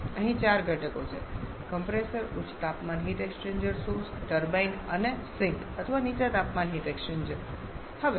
અહીં ચાર ઘટકો છે કમ્પ્રેસર ઉચ્ચ તાપમાન હીટ એક્સ્ચેન્જર સોર્સ ટર્બાઇન અને સિંક અથવા નીચા તાપમાન હીટ એક્સ્ચેન્જર